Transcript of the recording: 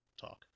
talk